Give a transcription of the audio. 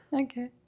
Okay